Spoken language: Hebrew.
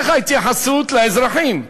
איך ההתייחסות לאזרחים,